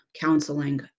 counseling